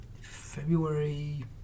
February